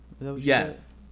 Yes